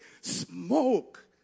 smoke